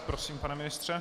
Prosím, pane ministře.